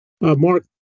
Mark